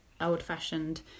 old-fashioned